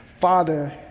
Father